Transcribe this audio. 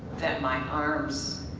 that my arms,